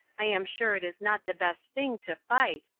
i am sure it is not the best thing to fight.